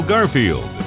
Garfield